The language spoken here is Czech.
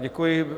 Děkuji.